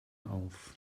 auf